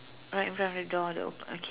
right in front of the door no okay